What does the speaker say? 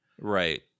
right